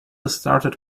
started